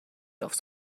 aufs